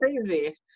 crazy